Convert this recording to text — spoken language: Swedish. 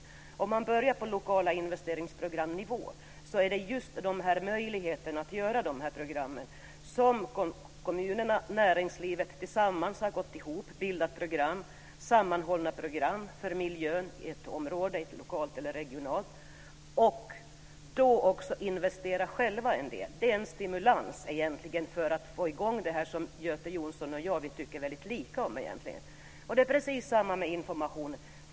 För att börja på de lokala investeringsprogrammens nivå har kommunerna och näringslivet tillsammans gått ihop om att bilda sammanhållna program för miljon inom ett lokalt eller ett regionalt område och även själva investerat en del. Det är en stimulans för att få i gång det som Göte Jonsson och jag egentligen tycker väldigt lika om. Det är på precis samma sätt med informationen.